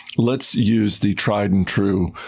let's use the tried-and-true